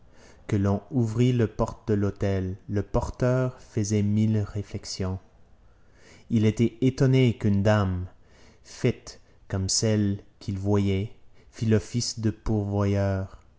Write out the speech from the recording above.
que l'on ouvrît la porte de l'hôtel le porteur faisait mille réflexions il était étonné qu'une dame faite comme celle qu'il voyait fît l'office de pourvoyeur